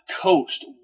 coached